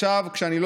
עכשיו, כשאני לא